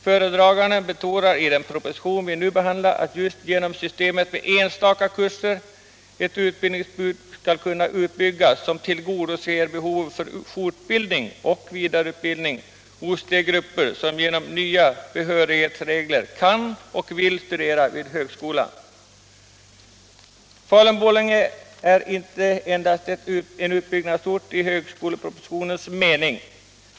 Föredraganden betonar i den proposition vi nu behandlar att just genom systemet med enstaka kurser ett utbildningsutbud skall kunna utbyggas som tillgodoser behovet av fortbildning och vidareutbildning hos de grupper som genom de nya behörighetsreglerna kan och vill studera vid högskolan. Falun-Borlänge är inte endast en utbyggnadsort i högskolepropositionens mening.